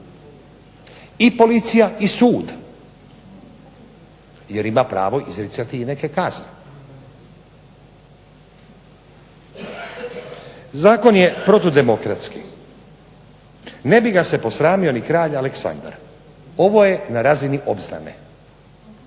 I policija i sud jer ima pravo izricati neke kazne. Zakon je protudemokratski, ne bi ga se posramio ni kralj Aleksandar. Ovo je na razini opstane.